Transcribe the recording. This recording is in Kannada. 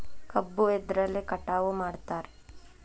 ಕಬ್ಬು ಎದ್ರಲೆ ಕಟಾವು ಮಾಡ್ತಾರ್?